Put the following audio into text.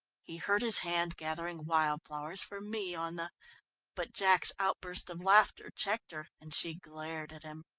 he hurt his hand gathering wild flowers for me on the but jack's outburst of laughter checked her, and she glared at him.